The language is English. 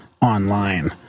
online